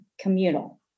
communal